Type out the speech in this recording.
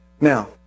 Now